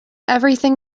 everything